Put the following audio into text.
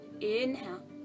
Inhale